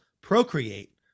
procreate